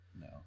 No